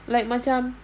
like macam